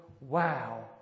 wow